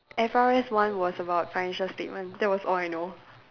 F_R_S one was about financial statement that was all I know